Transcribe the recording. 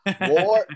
War